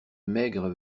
maigre